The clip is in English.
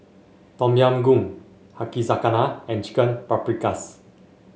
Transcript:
Tom Yam Goong Yakizakana and Chicken Paprikas